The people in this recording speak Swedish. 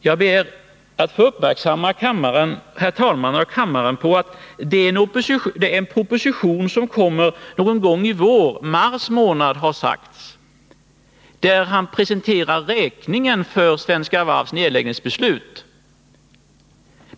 Jo, det är en proposition som kommer någon gång i vår — mars månad har nämnts — där industriministern presenterar räkningen för Svenska Varvs nedläggningsbeslut.